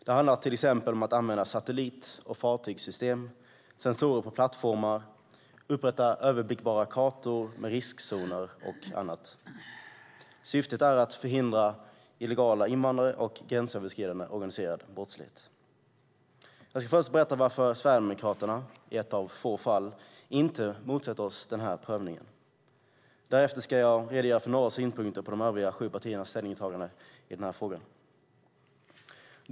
Det handlar om att använda satellit och fartygssystem och sensorer på plattformar samt upprätta överblickbara kartor med riskzoner och annat. Syftet är att förhindra illegala invandrare och gränsöverskridande organiserad brottslighet. Jag ska först berätta varför Sverigedemokraterna i ett av få fall inte motsätter sig den här prövningen. Därefter ska jag redogöra för några synpunkter på de övriga sju partiernas ställningstagande i frågan.